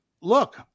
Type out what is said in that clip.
look